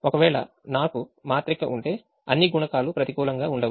ఒకవేళ నాకుమాత్రిక ఉంటే అన్ని గుణకాలు ప్రతికూలంగా ఉండవు